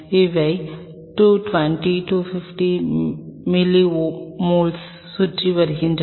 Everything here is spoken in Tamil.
இவை 220 250 மில்லியோஸ்மோல்களில் சுற்றி வருகின்றன